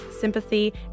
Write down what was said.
sympathy